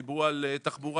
דיברו על תחבורה,